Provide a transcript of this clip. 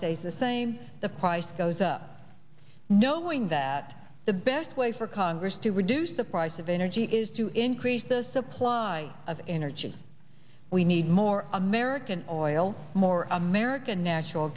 stays the same the price goes up knowing that the best way for congress to reduce the price of energy is to increase the supply of energy we need more american oil more american natural